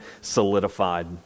solidified